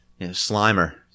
Slimer